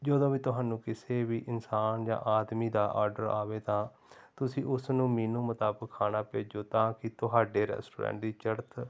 ਜਦੋਂ ਵੀ ਤੁਹਾਨੂੰ ਕਿਸੇ ਵੀ ਇਨਸਾਨ ਜਾਂ ਆਦਮੀ ਦਾ ਆਰਡਰ ਆਵੇ ਤਾਂ ਤੁਸੀਂ ਉਸ ਨੂੰ ਮੀਨੂ ਮੁਤਾਬਕ ਖਾਣਾ ਭੇਜੋ ਤਾਂ ਕਿ ਤੁਹਾਡੇ ਰੈਸਟੋਰੈਂਟ ਦੀ ਚੜ੍ਹਤ